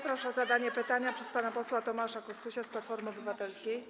Proszę o zadanie pytania pana posła Tomasza Kostusia z Platformy Obywatelskiej.